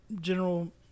general